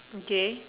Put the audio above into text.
okay